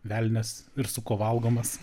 velnias ir su kuo valgomas